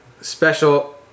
special